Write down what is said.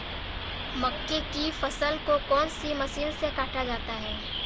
मक्के की फसल को कौन सी मशीन से काटा जाता है?